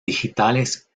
digitales